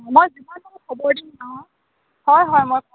মই যিমান খবৰ দিম গাঁৱত হয় হয় মই কম